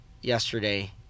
yesterday